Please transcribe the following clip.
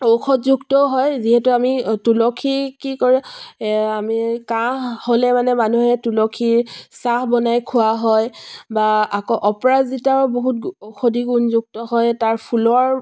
ঔষধযুক্তও হয় যিহেতু আমি তুলসী কি কৰে আমি কাহ হ'লে মানে মানুহে তুলসী চাহ বনাই খোৱা হয় বা আকৌ অপৰাজিতাও বহু ঔষধি গুণযুক্ত হয় তাৰ ফুলৰ